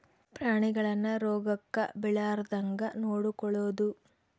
ಪ್ರಾಣಿಗಳನ್ನ ರೋಗಕ್ಕ ಬಿಳಾರ್ದಂಗ ನೊಡಕೊಳದು